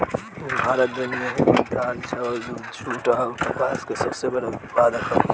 भारत दुनिया में दाल चावल दूध जूट आउर कपास के सबसे बड़ उत्पादक ह